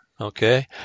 Okay